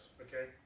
okay